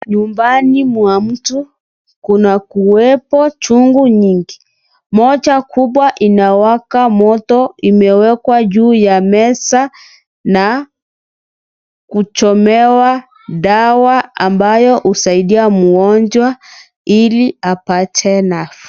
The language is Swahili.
Nyumbani mwa mtu, kuna kuwepo chungu nyingi, mocha kubwa inawaka moto imewekwa juu ya mesa, na, kuchomewa dawa, ambayo husaidia mgonjwa, ili, apate nafuu.